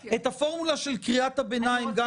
הפורמולה של קריאת הביניים, גם תרחיבו קצת.